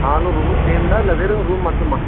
ஹாலும் ரூமும் சேர்ந்தா இல்லை வெறும் ரூம் மட்டுமா